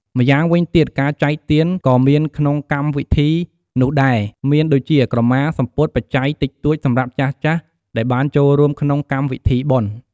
ម្យ៉ាងវិញទៀតការចែកទានក៏មានក្នុងកម្មវិធីនោះដែលមានដូចជា ក្រមា សំពត់ បច្ច័យតិចតួចសម្រាប់ចាស់ៗដែលបានចូលរួមក្នុងកម្មវិធីបុណ្យ។